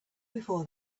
before